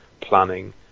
planning